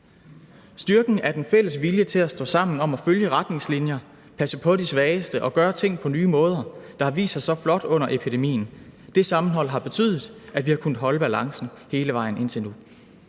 Styrken af den fælles vilje til at stå sammen om at følge retningslinjer, passe på de svageste og gøre ting på nye måder har vist sig så flot under epidemien og har betydet, at vi har kunnet holde balancen hele vejen indtil nu.